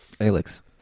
Alex